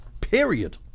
period